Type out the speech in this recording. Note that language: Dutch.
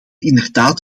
inderdaad